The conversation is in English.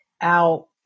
out